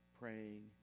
praying